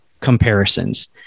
comparisons